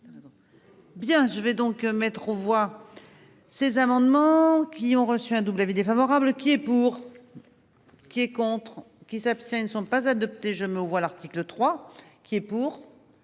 Bien je vais donc mettre aux voix. Ces amendements qui ont reçu un double avis défavorable qui est pour. Qui est contre qui s'abstient ne sont pas adoptés je mets aux voix l'article 3 qui est pour.